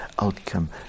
outcome